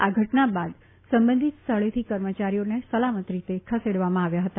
આ ઘટના બાદ સંબંધીત સ્થળેથી કર્મચારીઓને સલામત રીતે ખસેડવામાં આવ્યા હતા